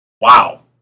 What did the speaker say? Wow